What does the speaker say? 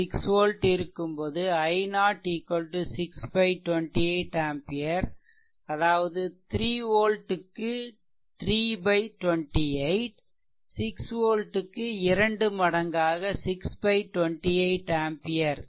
v 6 volt இருக்கும்போது i0 6 28 ampere அதாவது 3 volt க்கு 3 28 6 volt க்கு இரண்டு மடங்காக 6 28 ஆம்பியர்